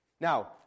Now